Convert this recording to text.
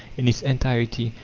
in its entirety,